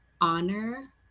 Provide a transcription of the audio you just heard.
honor